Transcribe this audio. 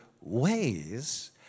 ways